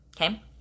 Okay